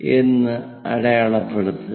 എന്ന് അടയാളപ്പെടുത്തുക